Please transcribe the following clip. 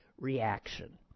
reaction